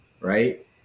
right